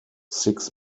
six